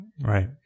Right